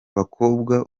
bakobwa